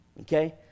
okay